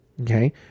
okay